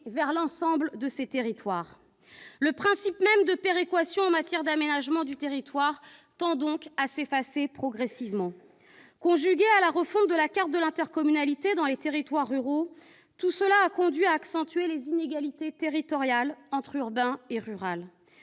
l'ensemble des territoires. Le principe même de péréquation en matière d'aménagement du territoire tend à s'effacer progressivement. Conjuguée à la refonte de la carte de l'intercommunalité dans les territoires ruraux, cette tendance a conduit à accentuer les inégalités territoriales entre l'urbain et le rural.